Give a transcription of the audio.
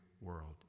world